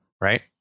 right